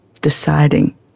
Deciding